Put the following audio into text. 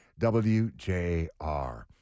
WJR